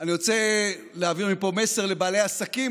אני רוצה להעביר מפה מסר לבעלי העסקים,